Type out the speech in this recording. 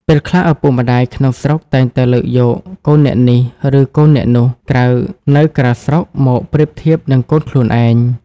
ពេលខ្លះ ឪពុកម្តាយក្នុងស្រុកតែងតែលើកយក "កូនអ្នកនេះ" ឬ "កូនអ្នកនោះ" នៅក្រៅស្រុកមកប្រៀបធៀបនឹងកូនខ្លួនឯង។